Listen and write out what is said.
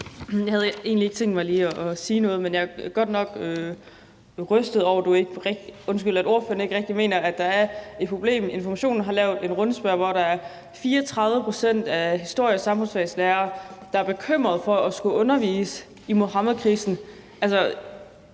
Jeg havde egentlig ikke tænkt mig lige at sige noget, men jeg er godt nok rystet over, at ordføreren ikke rigtig mener, at der er et problem. Information har lavet en rundspørge, hvor der er 34 pct. af historie- og samfundsfagslærere, der er bekymrede for at skulle undervise i Muhammedkrisen.